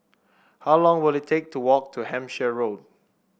how long will it take to walk to Hampshire Road